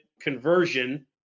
conversion